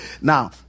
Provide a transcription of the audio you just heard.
Now